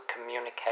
communicate